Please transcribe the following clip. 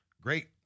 great